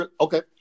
okay